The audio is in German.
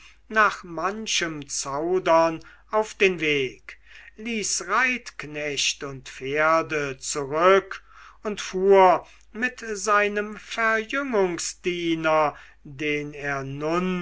nach manchem zaudern auf den weg ließ reitknecht und pferde zurück und fuhr mit seinem verjüngungsdiener den er